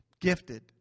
gifted